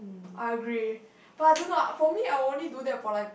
I agree but I don't know ah for me I will only do that for like